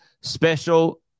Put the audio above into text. special